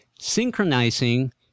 synchronizing